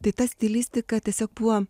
tai ta stilistika tiesiog buvo